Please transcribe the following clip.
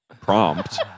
prompt